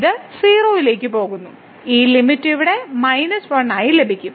ഇത് 0 ലേക്ക് പോകുന്നു ഈ ലിമിറ്റ് ഇവിടെ 1 ആയി ലഭിക്കും